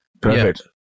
perfect